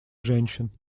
женщин